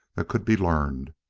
that could be learned,